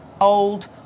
old